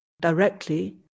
directly